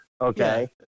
Okay